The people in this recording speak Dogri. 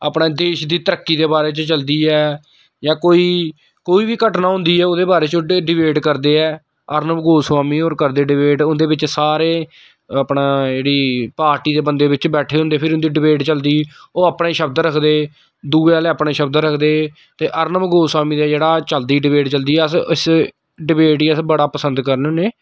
अपने देश दी तरक्की दे बारे च चलदी ऐ जां कोई कोई बी घटना होंदी ऐ ओह्दे बारै च ओह् डिबेट करदे ऐ अर्नब गोस्बामी होर करदे डिबेट उं'दे बिच्च सारे अपना जेह्ड़ी पार्टी दे बंदे बिच्च बैठे दे होंदे फिर उं'दी डिबेट चलदी ओह् अपने शब्द रखदे दूए आह्ले अपने शब्द रखदे ते अर्नब गोस्बामी दा जेह्ड़ा चलदी डिबेट चलदी अस इस डिबेट गी अस बडा पसंद करने होन्ने